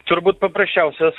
turbūt paprasčiausias